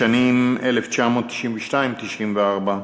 בשנים 1992 1994,